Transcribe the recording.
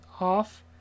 off